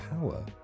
power